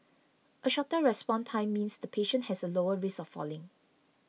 a shorter response time means the patient has a lower risk of falling